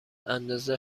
اندازه